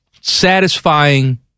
satisfying